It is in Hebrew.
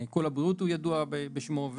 "קול הבריאות" ידוע בשמו,